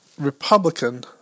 Republican